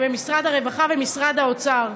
ובמשרד הרווחה ומשרד האוצר.